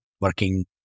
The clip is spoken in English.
working